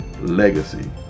legacy